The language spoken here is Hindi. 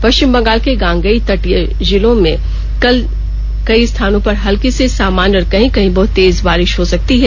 पश्चिम बंगाल के गांगेय तटीय जिलों में कल कई स्थानों पर हल्की से सामान्य और कहीं कहीं बहत तेज बारिश हो सकती है